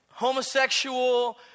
Homosexual